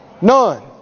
None